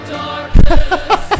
darkness